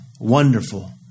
Wonderful